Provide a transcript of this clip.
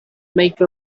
make